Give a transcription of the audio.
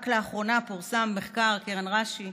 רק לאחרונה פורסם מחקר קרן רש"י,